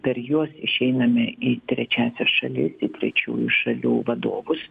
per juos išeiname į trečiąsias šalis į trečiųjų šalių vadovus